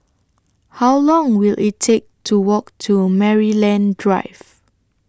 How Long Will IT Take to Walk to Maryland Drive